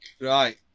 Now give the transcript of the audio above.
Right